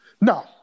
No